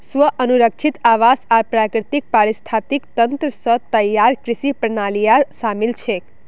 स्व अनुरक्षित आवास आर प्राकृतिक पारिस्थितिक तंत्र स तैयार कृषि प्रणालियां शामिल छेक